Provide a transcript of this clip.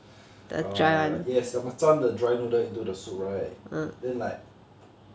oh yes the machan the dry noodle into the soup right then like